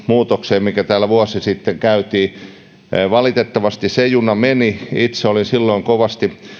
muutokseen mikä täällä vuosi sitten tehtiin valitettavasti se juna meni itse olin silloin kovasti